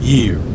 Year